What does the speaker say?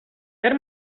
zer